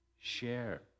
share